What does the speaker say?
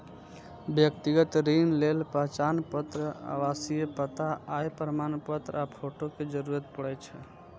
व्यक्तिगत ऋण लेल पहचान पत्र, आवासीय पता, आय प्रमाणपत्र आ फोटो के जरूरत पड़ै छै